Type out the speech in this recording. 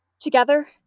Together